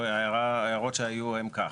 ההערות שהיו הן כך,